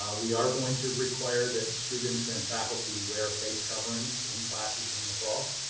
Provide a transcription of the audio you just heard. ah we are going to require that students and faculty wear face coverings in classes in the fall.